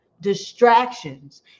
distractions